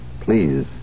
please